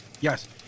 Yes